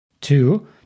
Two